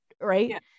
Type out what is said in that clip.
right